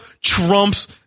trumps